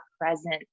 present